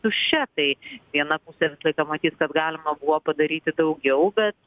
tuščia tai viena pusė visą laiką matys kad galima buvo padaryti daugiau bet